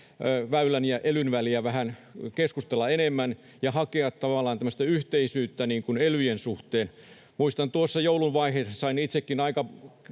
Väylän ja elyn välillä vähän keskustella enemmän ja hakea tavallaan tämmöistä yhteisyyttä elyjen suhteen. Muistan tuossa joulun vaiheissa, kun sain itsekin aika